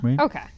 okay